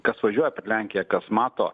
kas važiuoja per lenkiją kas mato